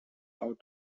out